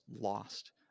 lost